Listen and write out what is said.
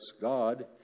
God